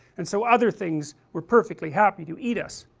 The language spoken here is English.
and so other things were perfectly happy to eat us